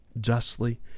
justly